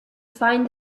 find